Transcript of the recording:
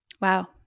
Wow